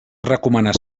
recomana